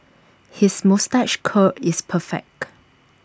his moustache curl is perfect